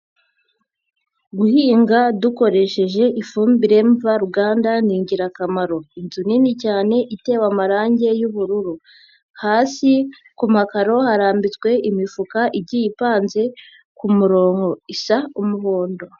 Guhinga dukoresheje ifumbire mvaruganda ni ingirakamaro, inzu nini cyane itewe amarange y'ubururu, hasi ku makaro harambitswe imifuka igiye ipanze ku murongo isa umuhondo.